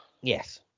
Yes